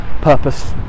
purpose